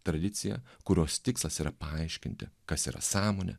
tradicija kurios tikslas yra paaiškinti kas yra sąmonė